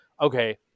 okay